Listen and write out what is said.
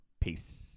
peace